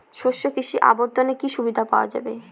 শস্য কৃষি অবর্তনে কি সুবিধা পাওয়া যাবে?